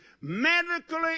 Medically